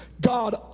God